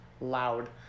loud